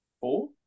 Four